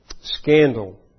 Scandal